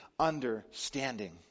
understanding